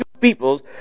peoples